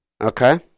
Okay